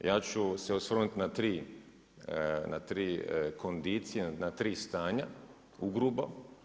Ja ću se osvrnuti na tri kondicije, na tri stanja, u grubo.